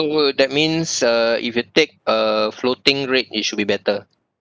so that means uh if you take a floating rate it should be better